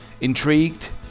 Intrigued